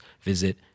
visit